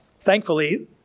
Thankfully